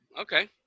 okay